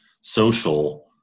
social